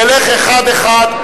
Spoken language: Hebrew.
נלך אחד-אחד.